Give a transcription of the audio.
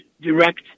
direct